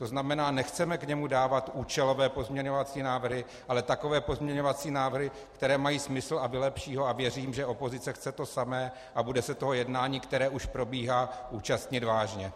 To znamená, nechceme k němu dávat účelové pozměňovací návrhy, ale takové pozměňovací návrhy, které mají smysl a vylepší ho, a věřím, že opozice chce to samé a bude se toho jednání, které už probíhá, účastnit vážně.